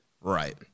Right